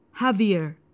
Javier